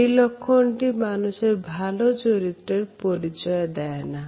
এই লক্ষণটি মানুষের ভালো চরিত্রের পরিচয় দেয় না